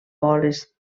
boles